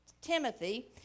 Timothy